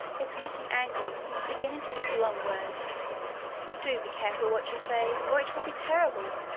it's getting angry, and is beginning to use long words do be careful what you say or it will be terrible!